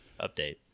update